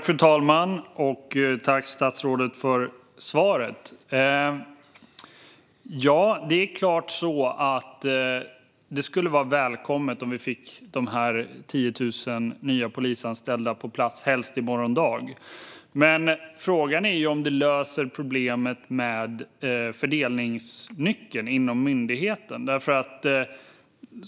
Fru talman! Tack, statsrådet, för svaret! Det är klart att det skulle vara välkommet om vi fick de 10 000 nya polisanställda på plats, helst i morgon dag. Men frågan är om det löser problemet med fördelningsnyckeln inom myndigheten.